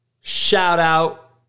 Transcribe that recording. shout-out